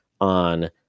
on